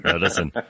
Listen